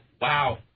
wow